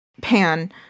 Pan